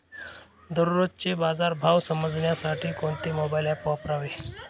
दररोजचे बाजार भाव समजण्यासाठी कोणते मोबाईल ॲप वापरावे?